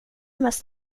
mest